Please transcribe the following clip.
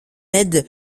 aide